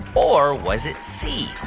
or was it c,